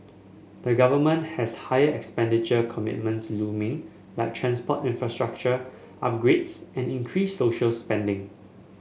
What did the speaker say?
the government has higher expenditure commitments looming like transport infrastructure upgrades and increased social spending